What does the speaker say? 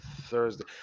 Thursday